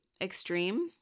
extreme